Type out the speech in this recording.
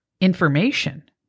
information